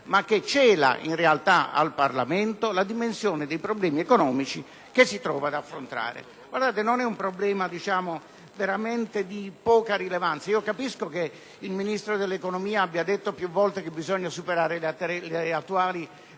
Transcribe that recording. ma cela in realtà al Parlamento la dimensione dei problemi economici che si trova ad affrontare. Guardate, non è un problema di poca rilevanza. Capisco che il Ministro dell'economia abbia detto più volte che bisogna superare le attuali